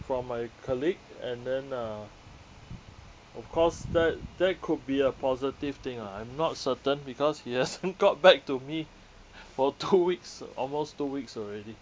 from my colleague and then uh of course that that could be a positive thing ah I'm not certain because he hasn't got back to me for two weeks almost two weeks already